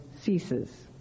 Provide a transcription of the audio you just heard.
ceases